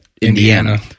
Indiana